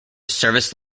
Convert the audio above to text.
service